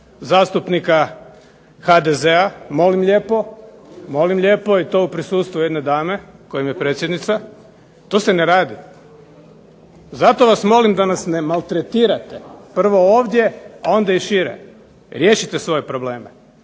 zastupnika HDZ-a, molim lijepo, i to i u prisustvu jedne dame koja im je predsjednica. To se ne radi. Zato vas molim da nas ne maltretirate, prvo ovdje, a onda i šire. Riješite svoje probleme.